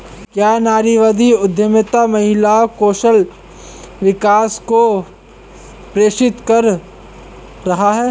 क्या नारीवादी उद्यमिता महिला कौशल विकास को प्रेरित कर रहा है?